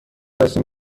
هستیم